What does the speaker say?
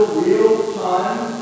real-time